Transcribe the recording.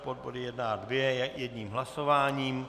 Pod body 1 a 2 jedním hlasováním.